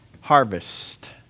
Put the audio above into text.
harvest